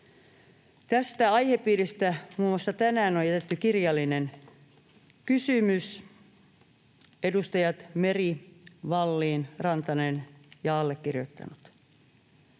tästä aihepiiristä on tänään jätetty kirjallinen kysymys, edustajat Meri, Vallin, Rantanen ja allekirjoittanut.